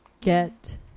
get